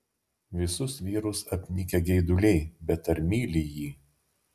visus vyrus apnikę geiduliai bet ar myli jį